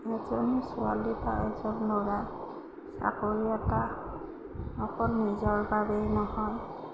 এজনী ছোৱালী বা এজন ল'ৰাৰ চাকৰি এটা অকল নিজৰ বাবেই নহয়